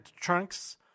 trunks